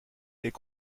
est